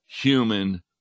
human